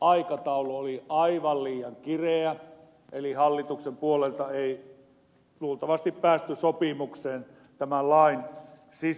aikataulu oli aivan liian kireä eli hallituksen puolelta ei luultavasti päästy sopimukseen tämän lain sisällöstä aiemmin